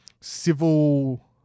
civil